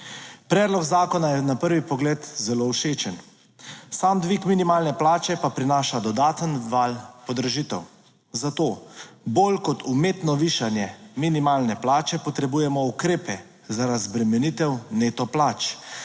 Predlog zakona je na prvi pogled zelo všečen. Sam dvig minimalne plače pa prinaša dodaten val podražitev, zato bolj kot umetno višanje minimalne plače potrebujemo ukrepe za razbremenitev neto plač.